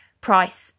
price